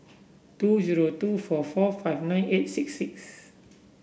two zero two four four five nine eight six six